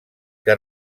que